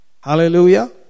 Hallelujah